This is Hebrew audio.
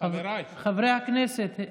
חברי הכנסת.